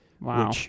Wow